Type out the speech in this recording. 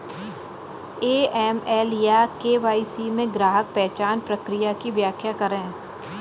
AML या KYC में ग्राहक पहचान प्रक्रिया की व्याख्या करें?